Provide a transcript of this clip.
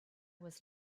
was